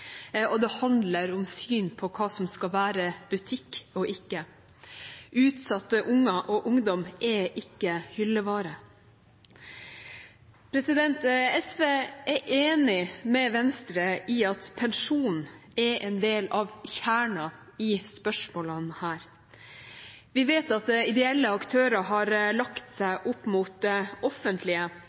og det handler om syn på hva som skal være butikk og ikke. Utsatte unger og ungdom er ikke hyllevare. SV er enig med Venstre i at pensjon er en del av kjernen i spørsmålene her. Vi vet at ideelle aktører har lagt seg opp mot det offentlige